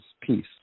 peace